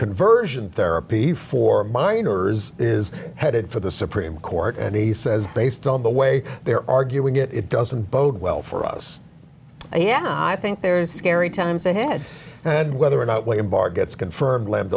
conversion therapy for minors is headed for the supreme court and he says based on the way they're arguing it it doesn't bode well for us and yeah i think there's scary times ahead and whether or not william barr gets confirmed